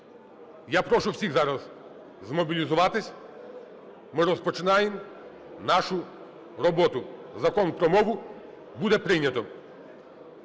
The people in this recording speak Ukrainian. Я прошу всіх зараз змобілізуватись, ми розпочинаємо нашу роботу. Закон про мову буде прийнято!